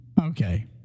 Okay